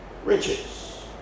Riches